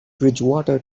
bridgewater